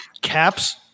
caps